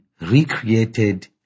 recreated